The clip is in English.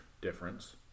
difference